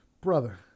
brother